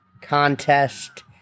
contest